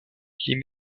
les